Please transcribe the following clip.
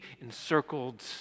encircled